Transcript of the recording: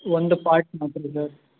ಒಂದು ಪಾರ್ಟ್